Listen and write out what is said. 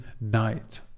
night